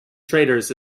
traders